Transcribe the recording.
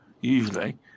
usually